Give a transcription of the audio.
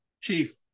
chief